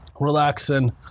relaxing